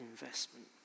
investment